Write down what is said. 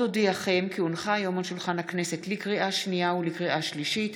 לקריאה שנייה ולקריאה שלישית: